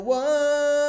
one